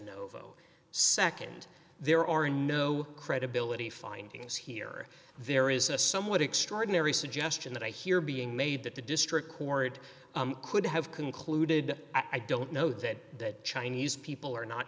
no nd there are no credibility findings here there is a somewhat extraordinary suggestion that i hear being made that the district court could have concluded i don't know that chinese people are not